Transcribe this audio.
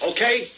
Okay